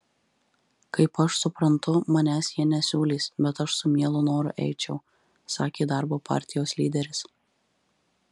kaip aš suprantu manęs jie nesiūlys bet aš su mielu noru eičiau sakė darbo partijos lyderis